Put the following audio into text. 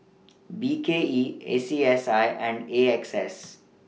B K E A C S I and A X S